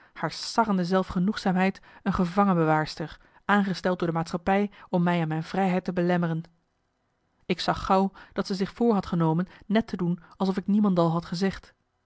haar sarrende zelfgenoegzaamheid een gevangenbewaarster aangesteld door de maatschappij om mij in mijn vrijheid te belemmeren ik zag gauw dat zij zich voor had genomen net te doen alsof ik niemendal had gezegd